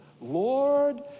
Lord